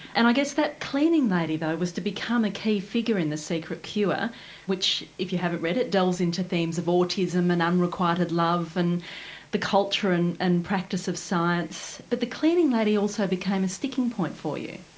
and i guess that cleaning lady, though, was to become a key figure in the secret cure which, if you haven't read it, delves delves into themes of autism and unrequited love and the culture and and practice of science. but the cleaning lady also became a sticking point for you.